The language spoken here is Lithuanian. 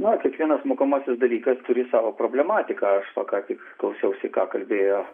na kiekvienas mokomasis dalykas turi savo problematiką aš va ką tik klausiausi ką kalbėjo